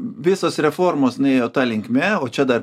visos reformos nuėjo ta linkme o čia dar